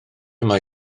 mae